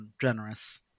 generous